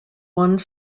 one